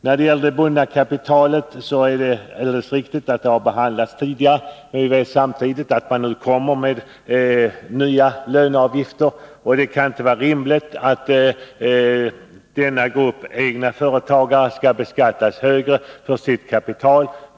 När det gäller det bundna kapitalet är det riktigt att det har behandlats tidigare, men vi vet att nu kommer nya löneavgifter. Det kan inte vara rimligt att denna grupp egna företagare skall beskattas högre för sitt kapital.